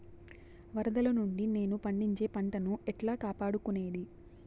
వరదలు నుండి నేను పండించే పంట ను ఎట్లా కాపాడుకునేది?